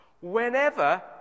Whenever